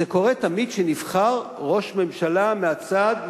זה קורה תמיד כשנבחר ראש ממשלה מהצד,